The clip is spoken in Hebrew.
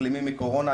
מחלימים מקורונה.